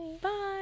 Bye